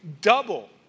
double